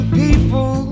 people